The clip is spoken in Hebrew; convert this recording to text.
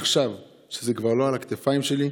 עכשיו זה כבר לא על הכתפיים שלי,